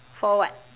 for what